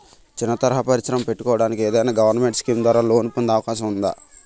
చిన్న తరహా పరిశ్రమ పెట్టుకోటానికి ఏదైనా గవర్నమెంట్ స్కీం ద్వారా లోన్ పొందే అవకాశం ఉందా?